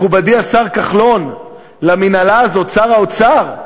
מכובדי השר כחלון, שר האוצר,